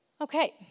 Okay